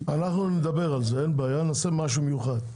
אנחנו נדבר על זה, נעשה משהו מיוחד.